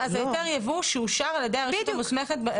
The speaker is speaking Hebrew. היתר יבוא שאושר על ידי הרשות המוסמכת.